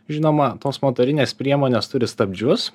žinoma tos motorinės priemonės turi stabdžius